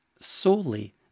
solely